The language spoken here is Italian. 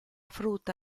frutta